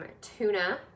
tuna